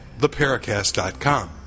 theparacast.com